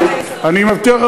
אני לא בוויכוח.